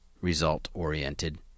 result-oriented